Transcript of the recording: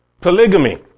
Polygamy